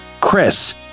chris